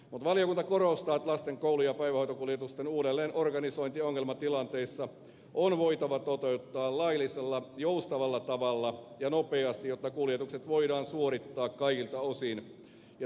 valiokunta korostaa että lasten koulu ja päivähoitokuljetusten uudelleenorganisointi ongelmatilanteissa on voitava toteuttaa laillisella joustavalla tavalla ja nopeasti jotta kuljetukset voidaan suorittaa kaikilta osin